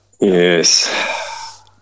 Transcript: Yes